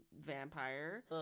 vampire